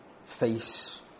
face